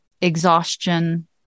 exhaustion